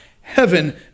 heaven